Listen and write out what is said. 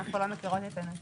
אנחנו לא מכירות את הנושא.